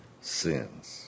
sins